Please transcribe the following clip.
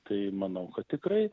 tai manau kad tikrai